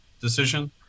decision